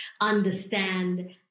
understand